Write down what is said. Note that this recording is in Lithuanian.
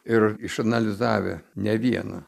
ir išanalizavę ne vieną